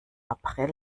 april